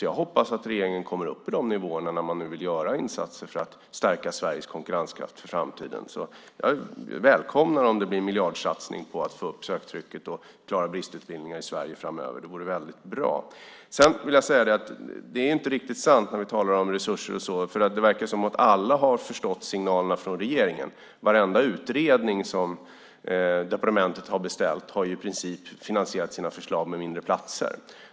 Jag hoppas att regeringen kommer upp i de nivåerna när man nu vill göra insatser för att stärka Sveriges konkurrenskraft för framtiden. Jag välkomnar om det blir en miljardsatsning på att få upp söktrycket och klara bristutbildningar i Sverige framöver. Det vore väldigt bra. Jag vill också säga att det som sägs om resurser inte är riktigt sant. Det verkar ju som om alla har förstått signalerna från regeringen. Varenda utredning som departementet har beställt har i princip finansierat sina förslag med färre platser.